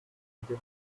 github